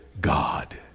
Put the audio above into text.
God